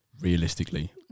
realistically